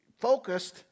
focused